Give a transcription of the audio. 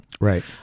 Right